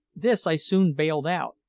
this i soon bailed out,